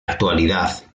actualidad